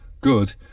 good